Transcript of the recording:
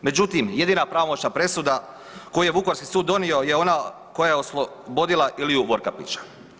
Međutim, jedina pravomoćna presuda koju je vukovarski sud donio je ona koja je oslobodila Iliju Vorkapića.